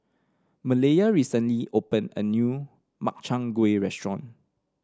Malaya recently opened a new Makchang Gui restaurant